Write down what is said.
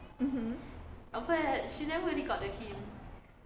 mmhmm